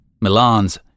Milan's